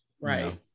Right